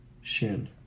Shin